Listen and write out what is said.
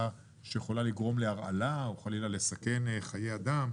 זה יכול גם להסתמך על חוות דעת של מעבדה